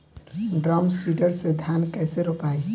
Drum seeder से धान कैसे रोपाई?